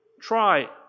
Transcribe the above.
Try